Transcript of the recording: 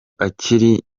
akiri